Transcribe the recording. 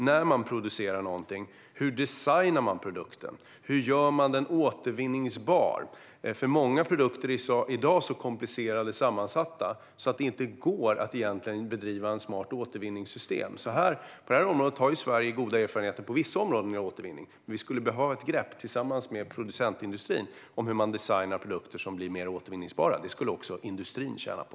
När man producerar någonting är det också en fråga om hur man designar produkten och gör den återvinningsbar. Många produkter är i dag så komplicerat sammansatta att det egentligen inte går att bedriva ett smart återvinningssystem. Sverige har goda erfarenheter på vissa områden av återvinning, men vi skulle behöva ta ett grepp tillsammans med producentindustrin om hur man designar produkter som blir mer återvinningsbara. Det skulle också industrin tjäna på.